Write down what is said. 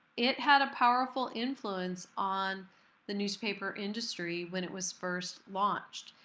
it had a powerful influence on the newspaper industry when it was first launched.